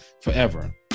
forever